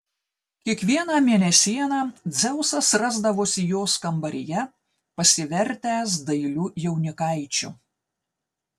kiekvieną mėnesieną dzeusas rasdavosi jos kambaryje pasivertęs dailiu jaunikaičiu